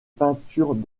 peintures